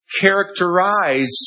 characterize